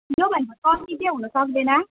यो भन्दा कम्ती चाहिँ हुन सक्दैन